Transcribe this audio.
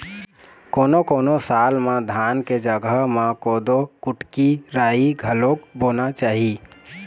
कोनों कोनों साल म धान के जघा म कोदो, कुटकी, राई घलोक बोना चाही